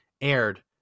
aired